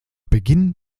beginn